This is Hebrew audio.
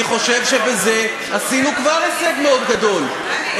אני חושב שבזה עשינו כבר הישג מאוד גדול,